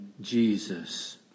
Jesus